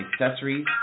accessories